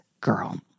girl